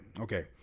Okay